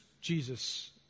Jesus